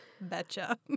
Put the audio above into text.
Betcha